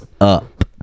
up